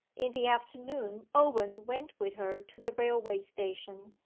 in the afternoon owen went with her to the railway-station,